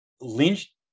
Lynch